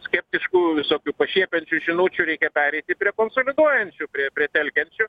skeptiškų visokių pašiepiančių žinučių reikia pereiti prie konsoliduojančių prie telkiančių